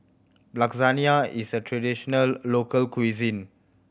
lasagna is a traditional local cuisine